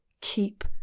Keep